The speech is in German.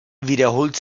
wiederholt